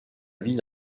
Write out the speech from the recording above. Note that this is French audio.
vis